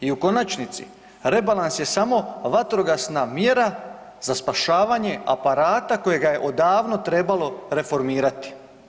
I u konačnici, rebalans je samo vatrogasna mjera za spašavanje aparata kojega je odavno trebalo reformirati.